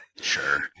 Sure